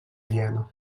viena